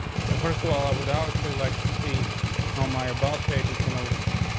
so first of all, i would obviously like to see oh, my about page is gonna look like.